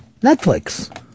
Netflix